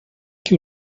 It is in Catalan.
que